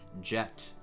jet